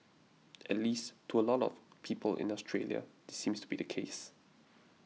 at least to a lot of people in Australia this seems to be the case